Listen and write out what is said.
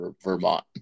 Vermont